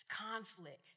conflict